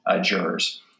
jurors